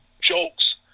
jokes